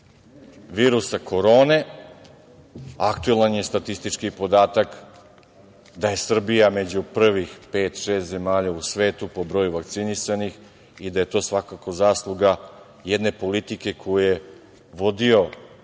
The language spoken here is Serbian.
virusa korone, aktuelan je statistički podatak da je Srbija među prvih pet-šest zemalja u svetu po broju vakcinisanih i da je to svakako zasluga jedne politike koju je vodio